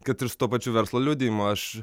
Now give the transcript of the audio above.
kad ir su tuo pačiu verslo liudijimu aš